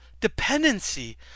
dependency